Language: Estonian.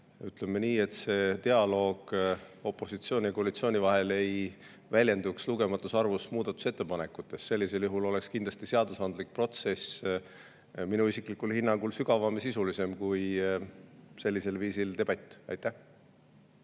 ütleme nii, dialoog opositsiooni ja koalitsiooni vahel ei väljenduks lugematus arvus muudatusettepanekutes. Sellisel juhul oleks kindlasti seadusandlik protsess minu isiklikul hinnangul sügavam ja sisulisem kui sellisel viisil debatt. Siim